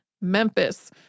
Memphis